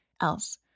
else